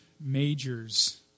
majors